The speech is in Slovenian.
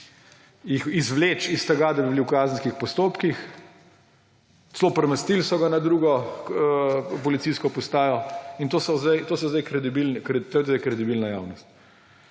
izvleči iz tega, da bi bili v kazenskih postopkih, celo premestili so ga na drugo policijsko postajo. In to je sedaj kredibilna javnost.